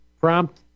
prompt